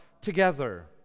together